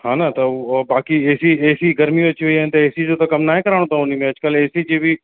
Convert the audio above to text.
हन त उहा और बाक़ी एसी एसी गर्मियूं अची वियूं आहिनि त एसी जो त कमु न आहे कराइणो अथव उन में अॼुकल्ह एसी जी बि